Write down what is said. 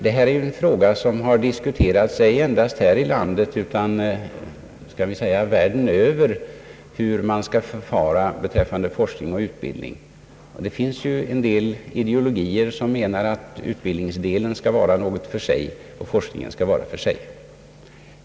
Det har diskuterats ej endast här i landet utan världen över, hur man skall förfara beträffande forskning och utbildning. Det finns en del ideologier som menar att utbildningsdelen skall vara något för sig och forskningen något för sig.